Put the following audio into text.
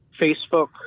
Facebook